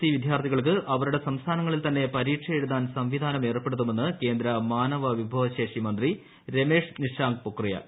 E വിദ്യാർത്ഥികൾക്ക് അവരുടെ സംസ്ഥാനങ്ങളീൽ ് തന്നെ പരീക്ഷ എഴുതാൻ സംവിധാനം ഏർപ്പെടുത്തുർമെന്ന് കേന്ദ്ര മാനവ വിഭവ ശേഷി മന്ത്രി രമേഷ് നിശ്ശാജ്ക് പൊക്രിയാൽ